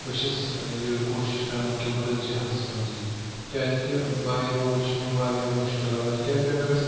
بہٕ چھُس یہِ کوٗشِش کَران کہِ بہٕ گژھہٕ جَہازَس منٛزٕے کیٛازِکہِ باے روٗڈ چھِ مےٚ واریاہ مُشکِل لَگان کیٛازِکہِ اگر أسۍ